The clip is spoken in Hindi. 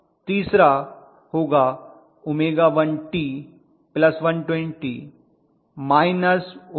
तीसरा होगा 𝜔1t 120−𝜔2t −120